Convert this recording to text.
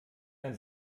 ein